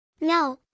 No